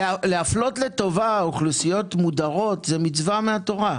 להפלות לטובה אוכלוסיות מודרות זו מצווה מהתורה,